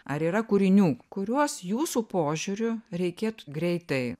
ar yra kūrinių kuriuos jūsų požiūriu reikėtų greitai